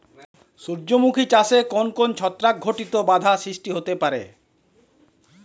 সূর্যমুখী চাষে কোন কোন ছত্রাক ঘটিত বাধা সৃষ্টি হতে পারে?